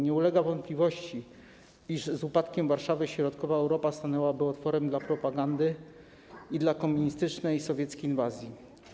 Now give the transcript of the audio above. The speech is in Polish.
Nie ulega wątpliwości, iż z upadkiem Warszawy środkowa Europa stanęłaby otworem dla propagandy i dla komunistycznej i sowieckiej inwazji.